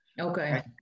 Okay